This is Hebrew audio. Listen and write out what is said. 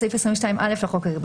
בסעיף 22א לחוק העיקרי,